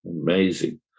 amazing